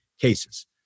cases